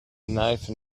knife